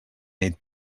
nit